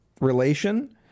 relation